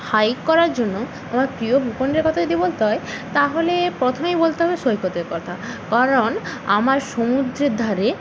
hike করার জন্য আমার প্রিয় ভূখণ্ডের কথা যদি বলতে হয় তাহলে প্রথমেই বলতে হবে সৈকতের কথা কারণ আমার সমুদ্রের ধারে